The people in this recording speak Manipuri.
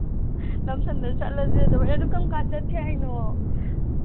ꯂꯝꯁꯝꯗ ꯆꯠꯂꯁꯦ ꯑꯗꯣ ꯍꯣꯔꯦꯟ ꯑꯗꯣ ꯀꯔꯝ ꯀꯥꯟꯗ ꯆꯠꯁꯦ ꯍꯥꯏꯅꯣ